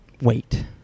wait